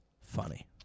funny